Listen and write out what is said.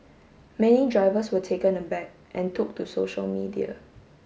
many drivers were taken aback and took to social media